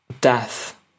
death